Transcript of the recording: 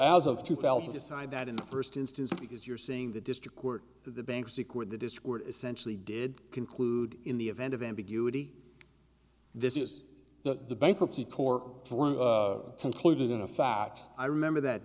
as of two thousand decided that in the first instance because you're seeing the district court the bank sequined the discord essentially did conclude in the event of ambiguity this is that the bankruptcy court concluded in a fact i remember that